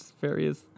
various